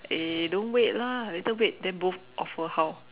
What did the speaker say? eh then don't wait lah later wait then both offer how